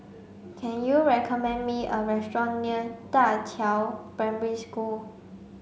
can you recommend me a restaurant near Da Qiao Primary School